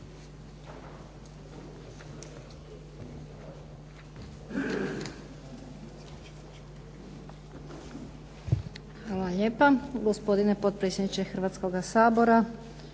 Hvala lijepo. Gospodine potpredsjedniče Hrvatskoga sabora,